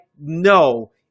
no